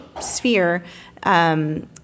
sphere